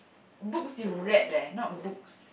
books you read leh not books